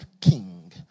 King